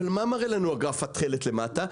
אבל מה מראה לנו הגרף התכלת למטה?